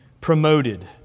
promoted